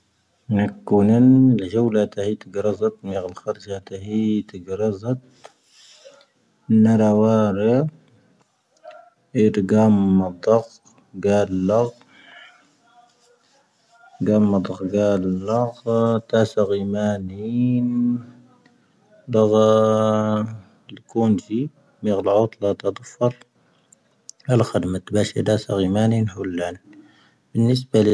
ⵏⴽoⵓⵏⵉⵏ, ⵍⵊⴰⵡⵍⴰ ⵜⴰⵀⵉⵜ ⴳⵀⴰⵔⴰⵣⴰⵜ, ⵏⵎ'ⵢⴰⴳ ⴰⵍⴽⵀⴰⴷⵊⴰⵀ ⵜⴰⵀⵉⵜ ⴳⵀⴰⵔⴰⵣⴰⵜ, ⵏⵏⴰⵔⴰⵡⴰⵔⵉⵍ, ⵉⴷⴳⴰⵎⴰ ⴷⴰⴽ ⴳⴰⵍⴰⴽ, ⵜⴰⵙⴰ ⴳ'ⵉⵎⴰⵏⵉⵏ, ⴷⴰⴳⴰ ⵍⴽoⵓⵏⵊⵉ, ⵎ'ⵢⴰⴳ ⴰⵍ'ⴰoⵜⵍⴰ ⵜⴰⴷⵓⴼⴰⵜ, ⴰⵍⴽⵀⴰⴷ ⵎⴰⵜⴱⴰⵙⵀⵉⴷ ⴰⵙⴰ ⴳ'ⵉⵎⴰⵏⵉⵏ, ⵀⵓⵍⵍⴰⵏ.